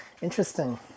Interesting